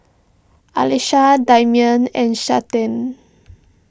Alisha Damien and